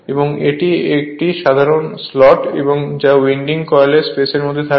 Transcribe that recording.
এবং এটি একটি সাধারণ স্লট যা উইন্ডিং কয়েল স্পেস এর মধ্যে থাকে